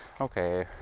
okay